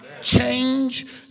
Change